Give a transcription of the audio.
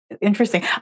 Interesting